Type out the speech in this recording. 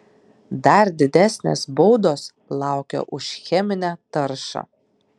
dar didesnės baudos laukia už cheminę taršą